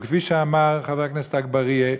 וכפי שאמר חבר הכנסת אגבאריה,